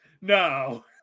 No